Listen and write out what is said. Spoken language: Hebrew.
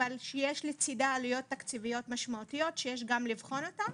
אבל שיש לצידה עלויות תקציביות משמעותיות שיש גם לבחון אותן,